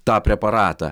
tą preparatą